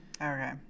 Okay